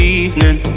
evening